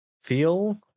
feel